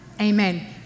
Amen